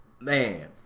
man